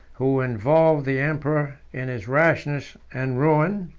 who involved the emperor in his rashness and ruin.